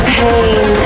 pain